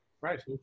right